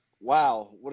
wow